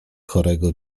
chorego